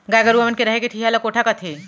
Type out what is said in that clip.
गाय गरूवा मन के रहें के ठिहा ल कोठा कथें